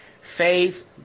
Faith